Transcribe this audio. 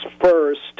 first